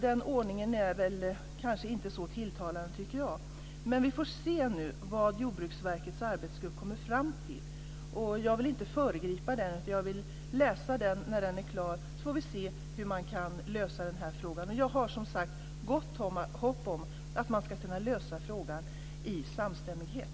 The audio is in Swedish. Den ordningen tycker jag kanske inte är så tilltalande. Nu får vi se vad Jordbruksverkets arbetsgrupp kommer fram till. Jag vill inte föregripa den, utan jag vill läsa vad sägs när den är klar. Sedan får vi se hur man kan lösa den här frågan. Jag har som sagt gott hopp om att man ska kunna lösa frågan i samstämmighet.